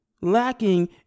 lacking